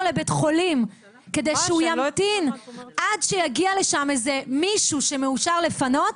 לבית החולים כדי שהוא ימתין עד שיגיע לשם איזה מישהו שמאושר לפנות,